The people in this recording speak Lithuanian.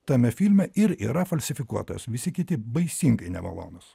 tame filme ir yra falsifikuotas visi kiti baisingai nemalonūs